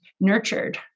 nurtured